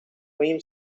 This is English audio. dream